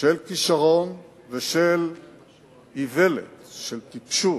של כשרון ושל איוולת, של טיפשות,